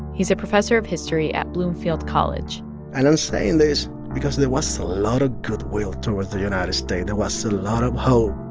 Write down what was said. he's a professor of history at bloomfield college and i'm saying this because there was a lot of goodwill towards the united states. there was a lot of hope